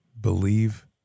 Believe